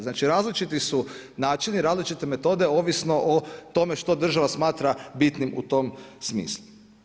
Znači različiti su načini, različite metode ovisno o tome što država smatra bitnim u tom smislu.